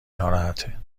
ناراحته